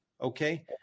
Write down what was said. Okay